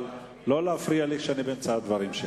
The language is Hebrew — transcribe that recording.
אבל לא להפריע לי באמצע הדברים.